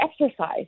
exercise